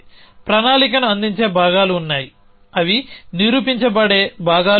ప్రణాళికను అందించే భాగాలు ఉన్నాయి అవి నిరూపించబడే భాగాలు ఉన్నాయి